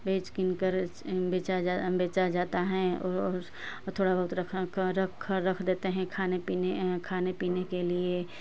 बेच कीन कर बेचा जा बेचा जाता है वो थोड़ा बहुत रखा का रख रख देते हैं खाने पीने खाने पीने के लिए